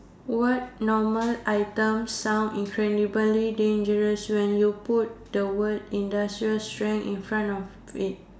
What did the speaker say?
what normal item sound incredibly dangerous when you put the word industrial strength in front of it